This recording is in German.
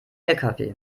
lkw